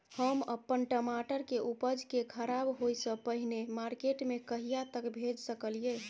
हम अपन टमाटर के उपज के खराब होय से पहिले मार्केट में कहिया तक भेज सकलिए?